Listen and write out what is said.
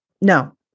No